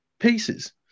pieces